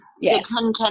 Yes